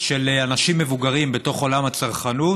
של אנשים מבוגרים בתוך עולם הצרכנות,